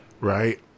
Right